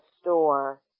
store